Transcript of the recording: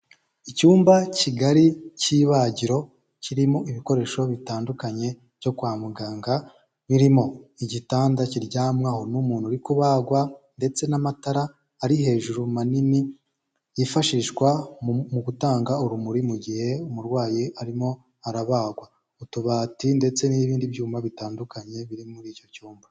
Icyumba kigari cy'ibagiro kirimo ibikoresho bitandukanye byo kwa muganga, birimo igitanda kiryamwaho n'umuntu uri kubagwa ndetse n'amatara ari hejuru manini, yifashishwa mu gutanga urumuri mu gihe umurwayi arimo arabagwa, utubati ndetse n'ibindi byuma bitandukanye biri muri icyo cyumba.